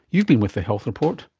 you've been with the health report,